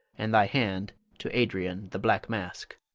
and thy hand to adrian the black mask.